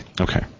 Okay